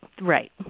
Right